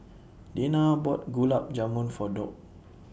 Dina bought Gulab Jamun For Doug